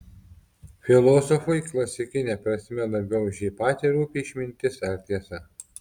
filosofui klasikine prasme labiau už jį patį rūpi išmintis ar tiesa